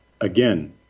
Again